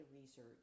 research